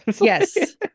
yes